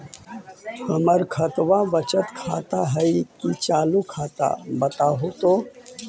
हमर खतबा बचत खाता हइ कि चालु खाता, बताहु तो?